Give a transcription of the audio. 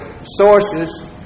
sources